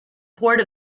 port